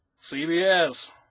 CBS